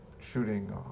shooting